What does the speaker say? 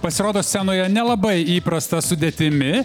pasirodo scenoje nelabai įprasta sudėtimi